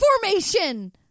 formation